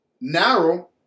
narrow